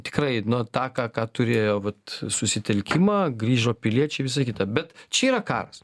tikrai nu tą ką ką turėjo vat susitelkimą grįžo piliečiai visa kita bet čia yra karas